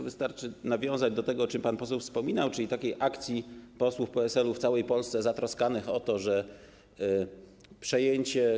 Wystarczy nawiązać do tego, o czym pan poseł wspominał, czyli do takiej akcji posłów PSL-u w całej Polsce, zatroskanych o to, że przejęcie.